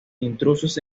intrusos